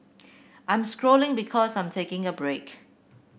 I'm scrolling because I'm taking a break